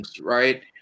right